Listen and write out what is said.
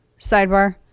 sidebar